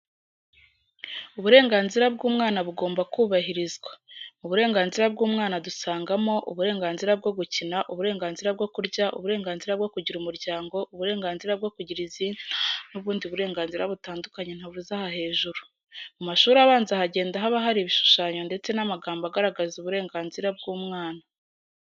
Uburenganzira bw'umwana bugomba kubahirizwa. Mu burenganzira bw'umwana dusangamo, uburenganzira bwo gukina, uburenganzira bwo kurya, uburenganzira bwo kugira umuryango, uburenganzira bwo kugira izina n'ubundi burenganzira butandukanye ntavuze aha hejuru. Mu mashuri abanza hagenda haba hari ibishushanyo ndetse n'amagambo agaragaza uburenganzira bw'umwana.